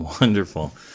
Wonderful